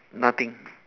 nothing